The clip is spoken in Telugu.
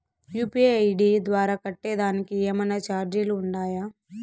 యు.పి.ఐ ఐ.డి ద్వారా కట్టేదానికి ఏమన్నా చార్జీలు ఉండాయా?